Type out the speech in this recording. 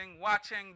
watching